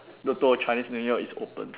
Toto of Chinese new year is open